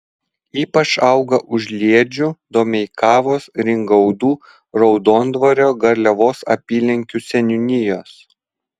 ypač auga užliedžių domeikavos ringaudų raudondvario garliavos apylinkių seniūnijos